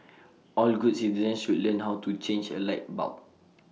all good citizens should learn how to change A light bulb